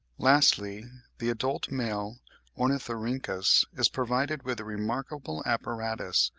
lastly, the adult male ornithorhynchus is provided with a remarkable apparatus,